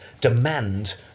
demand